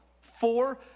Four